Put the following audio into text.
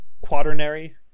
quaternary